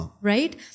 Right